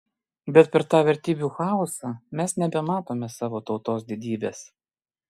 bet per tą vertybių chaosą mes nebematome savo tautos didybės